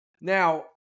Now